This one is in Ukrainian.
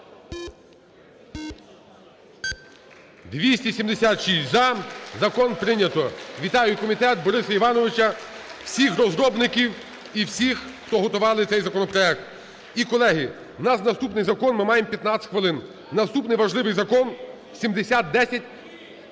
За-276 Закон прийнято. Вітаю комітет, Бориса Івановича, всіх розробників і всіх, хто готували цей законопроект. І, колеги, у нас наступний закон. Ми маємо 15 хвилин. Наступний важливий закон 7010.